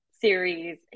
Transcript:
series